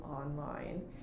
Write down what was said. online